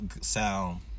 sound